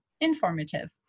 informative